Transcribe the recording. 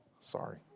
Sorry